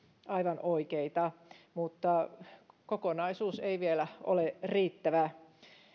aivan oikeita mutta kokonaisuus ei vielä ole riittävä